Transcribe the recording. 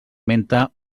menta